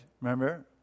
remember